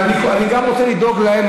אבל אני רוצה לדאוג גם להם,